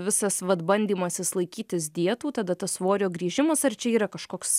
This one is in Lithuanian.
visas vat bandymasis laikytis dietų tada tas svorio grįžimas ar čia yra kažkoks